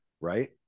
right